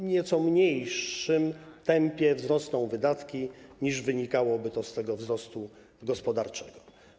W nieco mniejszym tempie wzrosną wydatki, niż wynikałoby to z tego wzrostu gospodarczego.